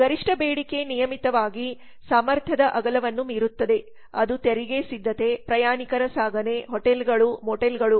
ಗರಿಷ್ಠ ಬೇಡಿಕೆ ನಿಯಮಿತವಾಗಿ ಸಾಮರ್ಥ್ಯದ ಅಗಲವನ್ನು ಮೀರುತ್ತದೆ ಅದು ತೆರಿಗೆ ಸಿದ್ಧತೆ ಪ್ರಯಾಣಿಕರ ಸಾಗಣೆ ಹೋಟೆಲ್ ಗಳು ಮತ್ತು ಮೋಟೆಲ್ಗಳು